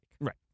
Right